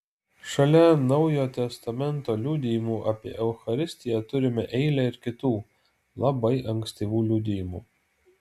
šalia naujo testamento liudijimų apie eucharistiją turime eilę ir kitų labai ankstyvų liudijimų